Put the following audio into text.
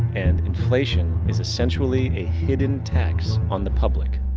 and inflation is essentially a hidden tax on the public.